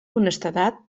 honestedat